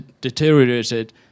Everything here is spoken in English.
deteriorated